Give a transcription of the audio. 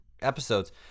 episodes